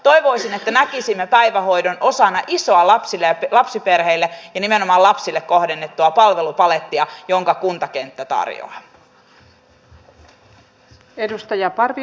toivoisin että näkisimme päivähoidon osana isoa lapsiperheille ja nimenomaan lapsille kohdennettua palvelupalettia jonka kuntakenttä tarjoaa